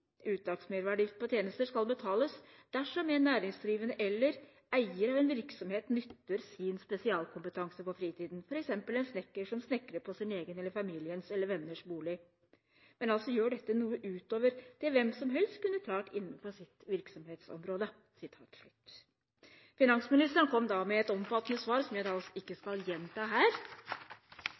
på tjenester skal betales dersom en næringsdrivende eller eier av en virksomhet nytter sin spesialkompetanse på fritiden, f.eks. en snekker som snekrer på sin eller familiens eller venners bolig, men altså gjør noe utover det hvemsomhelst kunne klart innenfor sitt virksomhetsområde.» Finansministeren kom da med et omfattende svar som jeg ikke skal gjenta her.